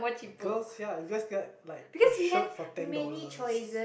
girls yeah you guys get like a shirt for ten dollars